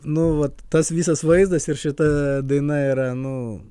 nu vat tas visas vaizdas ir šita daina yra nu